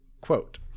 Quote